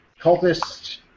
cultist